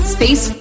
Space